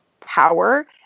power